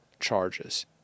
charges